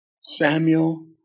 Samuel